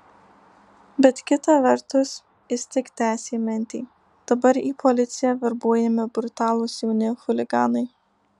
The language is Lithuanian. bet kita vertus jis tik tęsė mintį dabar į policiją verbuojami brutalūs jauni chuliganai